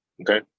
Okay